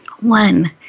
One